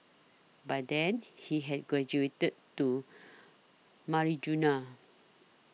by then he had graduated to marijuana